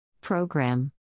Program